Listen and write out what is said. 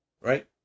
Right